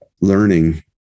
learning